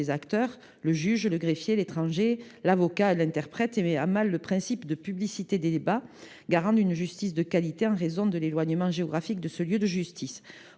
acteurs – le juge, le greffier, l’étranger, l’avocat et l’interprète – et met à mal le principe de publicité des débats, garant d’une justice de qualité, en raison de l’éloignement géographique de ce lieu de justice